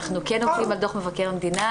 אנחנו כן עובדים על דו"ח מבקר המדינה,